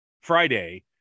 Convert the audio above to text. Friday